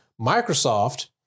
Microsoft